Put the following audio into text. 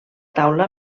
taula